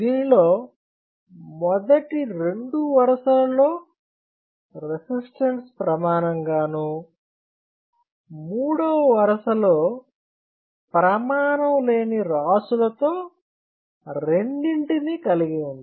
దీనిలో మొదటి రెండు వరుసలలో రెసిస్టెన్స్ ప్రమాణం గానూ మూడవ వరుసలో ప్రమాణం లేని రాశుల తో రెండింటిని కలిగి ఉంది